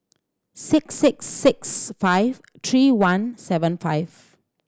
six six six five three one seven five